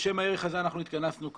בשם הערך הזה אנחנו התכנסנו כאן.